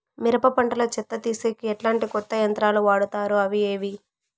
మిరప పంట లో చెత్త తీసేకి ఎట్లాంటి కొత్త యంత్రాలు వాడుతారు అవి ఏవి?